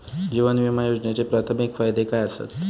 जीवन विमा योजनेचे प्राथमिक फायदे काय आसत?